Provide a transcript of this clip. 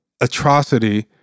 atrocity